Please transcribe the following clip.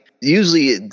usually